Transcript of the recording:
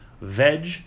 Veg